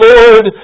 Lord